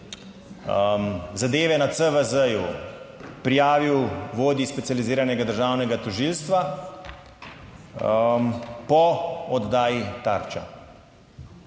zadeve na CVZ prijavil vodji Specializiranega državnega tožilstva po oddaji Tarča.